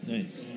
Nice